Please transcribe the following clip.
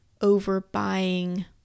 overbuying